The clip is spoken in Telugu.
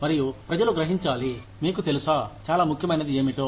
మరియు ప్రజలు గ్రహించాలి మీకు తెలుసా చాలా ముఖ్యమైనది ఏమిటో